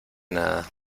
nada